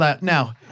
Now